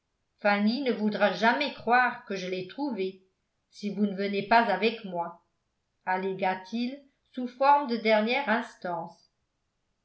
fanny ne voudra jamais croire que je l'aie trouvé si vous ne venez pas avec moi allégua t il sous forme de dernière instance